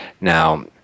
Now